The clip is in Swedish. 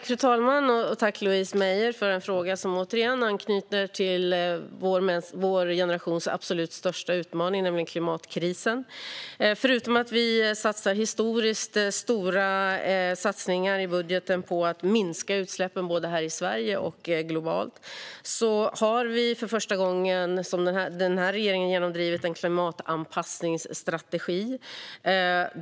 Fru talman! Tack, Louise Meijer, för en fråga som återigen anknyter till vår generations absolut största utmaning, nämligen klimatkrisen. Förutom att vi gör historiskt stora satsningar i budgeten på att minska utsläppen, både här i Sverige och globalt, har den här regeringen för första gången genomdrivit en klimatanpassningsstrategi.